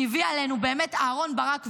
שהביא עלינו אהרן ברק ושות'.